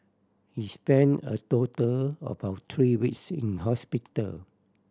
he spent a total of about three weeks in hospital